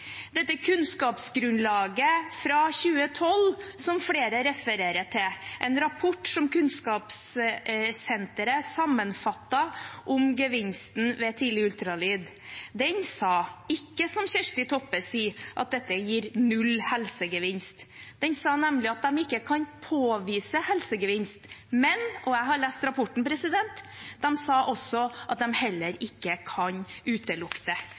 kunnskapsgrunnlaget fra 2012 som flere refererer til, en rapport som Kunnskapssenteret sammenfattet om gevinsten ved tidlig ultralyd: Den sa ikke som Kjersti Toppe sier, at dette gir null helsegevinst – den sa nemlig at de ikke kan påvise helsegevinst, men, og jeg har lest rapporten, den sa også at de heller ikke kan utelukke det.